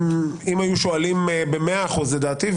אם היו שואלים ב-100% על דעתי,